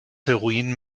heroin